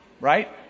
Right